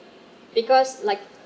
because like